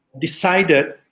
decided